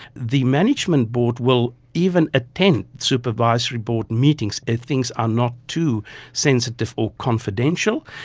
the management board will even attend supervisory board meetings if things are not too sensitive or confidential,